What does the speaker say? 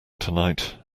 tonight